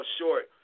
short